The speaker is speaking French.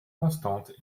constantes